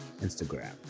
instagram